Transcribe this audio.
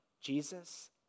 Jesus